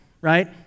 right